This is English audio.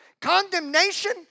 Condemnation